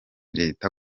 leta